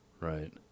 Right